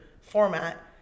format